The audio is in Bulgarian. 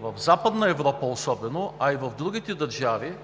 в Западна Европа особено, а и в другите държави